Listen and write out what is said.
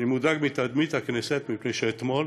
אני מודאג מתדמית הכנסת, מפני שאתמול